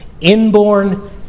inborn